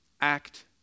act